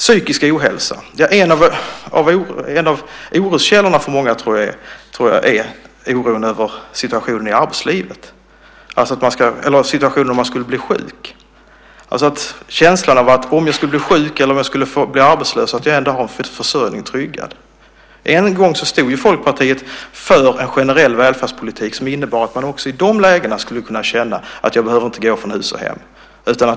Psykisk ohälsa, ja, en av oroskällorna för många tror jag är oron över situationen i arbetslivet eller om man skulle bli sjuk, känslan av att om jag skulle bli sjuk eller om jag skulle bli arbetslös har jag ändå försörjningen tryggad. En gång stod ju Folkpartiet för en generell välfärdspolitik som innebar att man också i de lägena skulle kunna känna att man inte behövde gå från hus och hem.